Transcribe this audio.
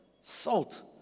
Salt